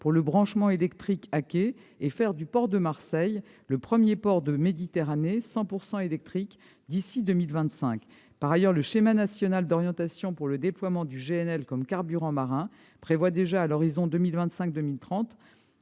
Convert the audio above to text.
d'euros supplémentaires, afin de faire de Marseille le premier port de Méditerranée 100 % électrique d'ici à 2025. Par ailleurs, le schéma national d'orientation pour le déploiement du GNL comme carburant marin prévoit déjà, à l'horizon 2025-2030,